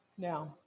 Now